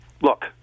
look